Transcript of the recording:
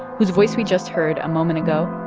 whose voice we just heard a moment ago,